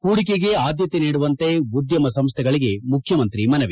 ಪೂಡಿಕೆಗೆ ಆದ್ಯತೆ ನೀಡುವಂತೆ ಉದ್ಯಮ ಸಂಶೈಗಳಿಗೆ ಮುಖ್ಯಮಂತ್ರಿ ಮನವಿ